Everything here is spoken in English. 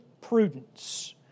prudence